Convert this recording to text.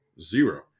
zero